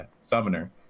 summoner